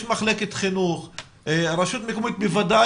יש מחלקת חינוך ורשות מקומית בוודאי